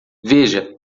veja